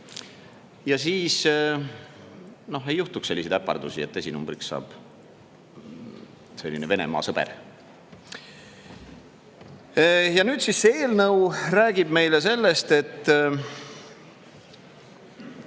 Siis ei juhtuks selliseid äpardusi, et esinumbriks saab selline Venemaa sõber. See eelnõu räägib meile sellest, et